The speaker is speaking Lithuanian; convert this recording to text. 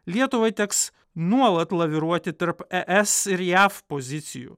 lietuvai teks nuolat laviruoti tarp es ir jav pozicijų